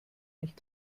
nicht